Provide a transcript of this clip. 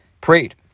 prayed